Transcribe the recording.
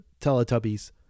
Teletubbies